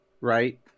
right